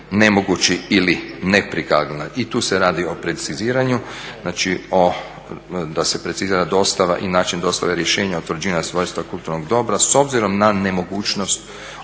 nemogući ili …. I tu se radi o preciziranju, znači da se precizira dostava i način dostave rješenja o utvrđivanju svojstva kulturnog dobra s obzirom na nemogućnost osobne